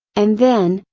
and then,